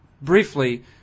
briefly